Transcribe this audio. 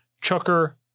chucker